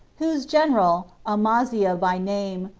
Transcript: whose general, amaziah by name,